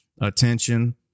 attention